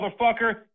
motherfucker